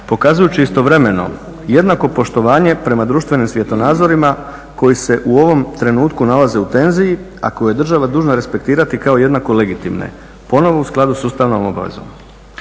pokazujući istovremeno jednako poštovanje prema društvenim svjetonazorima koji se u ovom trenutku nalaze u tenziji, a koje je država dužna respektirati kao jednako legitimne ponovo u skladu s ustavnom obavezom.